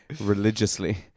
religiously